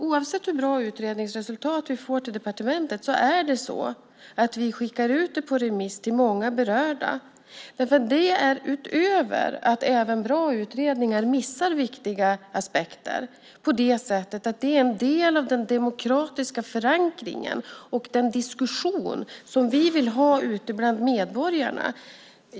Oavsett hur bra utredningsresultat vi får till departementet skickar vi ut det på remiss till många berörda eftersom även bra utredningar missar viktiga aspekter. Dessutom är det en del av den demokratiska förankringen, och vi vill ha en diskussion ute bland medborgarna.